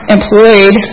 employed